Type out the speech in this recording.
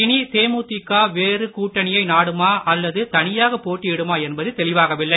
இனி தேமுதிக வேறு கூட்டணியை நாடுமா அல்லது தனியாக போட்டியிடுமா என்பது தெளிவாகவில்லை